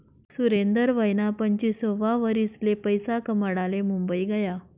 सुरेंदर वयना पंचवीससावा वरीसले पैसा कमाडाले मुंबई गया